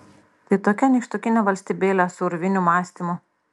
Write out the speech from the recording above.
tai tokia nykštukinė valstybėlė su urvinių mąstymu